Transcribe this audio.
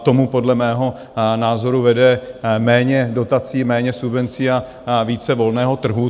K tomu podle mého názoru vede méně dotací, méně subvencí a více volného trhu.